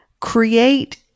create